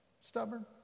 stubborn